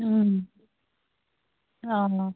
অঁ ন